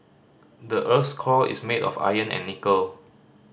the earth's core is made of iron and nickel